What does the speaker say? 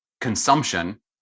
consumption